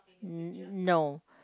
no